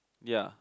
ya